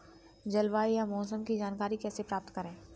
जलवायु या मौसम की जानकारी कैसे प्राप्त करें?